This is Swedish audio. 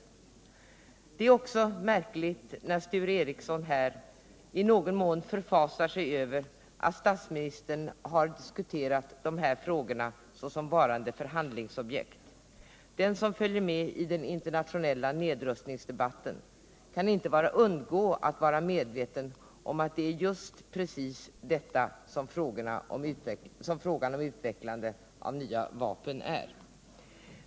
180 Det är också märkligt när Sture Ericson här i någon mån förfasar sig över att statsministern har diskuterat de här frågorna såsom varande förhandlingsobjekt. Den som följer med i den internationella nedrustningsdebatten kan inte undgå att vara medveten om att det är just precis detta som frågan om utvecklande av nya vapen är.